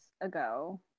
Ago